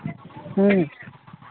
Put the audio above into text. ह्म्म